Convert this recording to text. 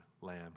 lamb